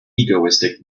egoistic